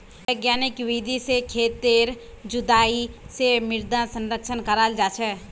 वैज्ञानिक विधि से खेतेर जुताई से मृदा संरक्षण कराल जा छे